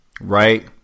right